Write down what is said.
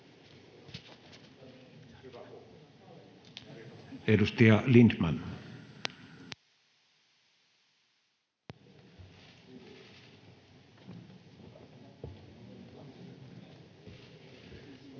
Edustaja Lindtman. — Ei ole